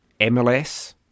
MLS